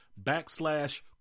backslash